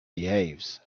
behaves